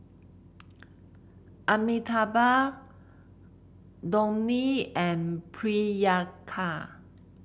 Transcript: Amitabh Dhoni and Priyanka